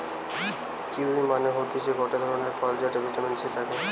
kiwi মানে হতিছে গটে ধরণের ফল যাতে ভিটামিন সি থাকে